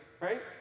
right